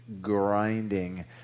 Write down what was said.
grinding